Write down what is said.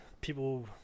People